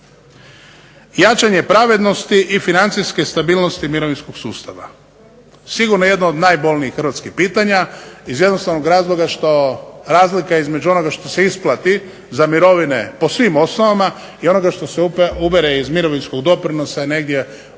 Jačanje pravednosti i financijske stabilnosti mirovinskog sustava. Sigurno jedno od najbolnijih hrvatskih pitanja iz jednostavnog razloga što razlika između onoga što se isplati za mirovine po svim osnovama i onoga što se ubere iz mirovinskog doprinosa je negdje oko